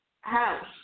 house